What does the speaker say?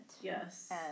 Yes